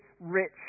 rich